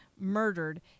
murdered